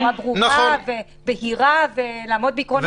ברורה ובהירה ולעמוד בעקרון המידתיות.